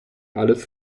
alles